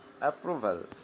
approval